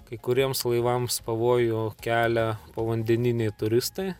kai kuriems laivams pavojų kelia povandeniniai turistai